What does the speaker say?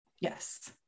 Yes